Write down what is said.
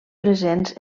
presents